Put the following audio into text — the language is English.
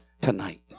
tonight